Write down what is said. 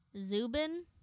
Zubin